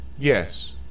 Yes